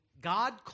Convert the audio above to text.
God